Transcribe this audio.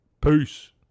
Peace